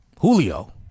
Julio